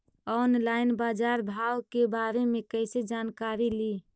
Online बाजार भाव के बारे मे कैसे जानकारी ली?